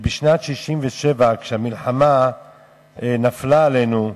שבשנת 1967, כשהמלחמה נפלה עלינו,